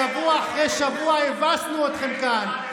שבוע אחרי שבוע הבסנו אתכם כאן.